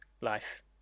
life